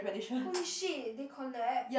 holy shit they collab